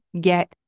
get